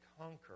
conquer